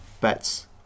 bets